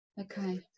Okay